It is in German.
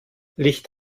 licht